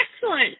Excellent